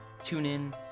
TuneIn